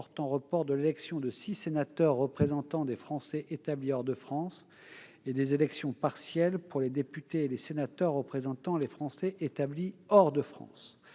portant report de l'élection de six sénateurs représentant les Français établis hors de France et des élections partielles pour les députés et les sénateurs représentant les Français établis hors de France.